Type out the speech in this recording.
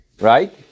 Right